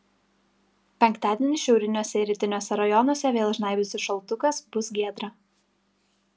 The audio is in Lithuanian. penktadienį šiauriniuose ir rytiniuose rajonuose vėl žnaibysis šaltukas bus giedra